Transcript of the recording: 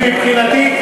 מבחינתי,